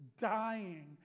dying